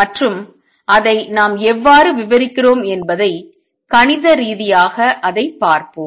மற்றும் அதை நாம் எவ்வாறு விவரிக்கிறோம் என்பதை கணித ரீதியாக அதைப் பார்ப்போம்